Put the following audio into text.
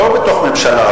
לא בתוך ממשלה,